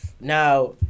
Now